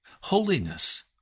holiness